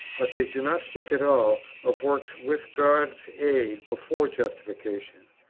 but they do not speak at all of works with god's aid before justification.